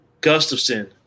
Gustafson